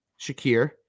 Shakir